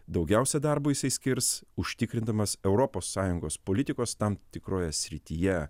daugiausia darbo jisai skirs užtikrindamas europos sąjungos politikos tam tikroje srityje